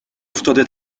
افتاده